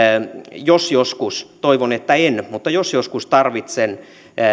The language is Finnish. jos joskus toivon että en mutta jos joskus tarvitsen